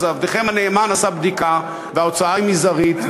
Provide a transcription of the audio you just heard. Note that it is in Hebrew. אז עבדכם הנאמן עשה בדיקה: ההוצאה מזערית,